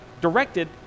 directed